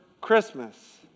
Christmas